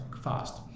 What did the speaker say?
fast